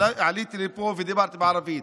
עליתי לפה ודיברתי בערבית.